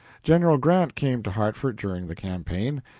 general grant came to hartford during the campaign,